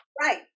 Right